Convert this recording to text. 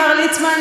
מר ליצמן,